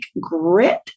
grit